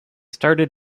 started